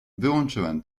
wyłączyłem